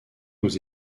aux